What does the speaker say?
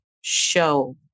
show